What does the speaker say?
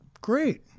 great